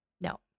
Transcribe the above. no